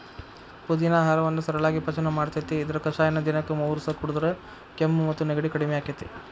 ಪುದಿನಾ ಆಹಾರವನ್ನ ಸರಳಾಗಿ ಪಚನ ಮಾಡ್ತೆತಿ, ಇದರ ಕಷಾಯನ ದಿನಕ್ಕ ಮೂರಸ ಕುಡದ್ರ ಕೆಮ್ಮು ಮತ್ತು ನೆಗಡಿ ಕಡಿಮಿ ಆಕ್ಕೆತಿ